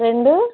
రెండు